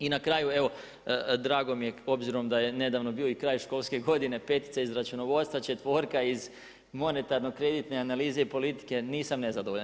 I na kraju evo drago mi je obzirom da je nedavno bio i kraj školske godine petica iz računovodstva, četvorka iz monetarno-kreditne analize i politike, nisam nezadovoljan.